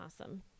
Awesome